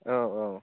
औ औ